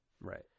Right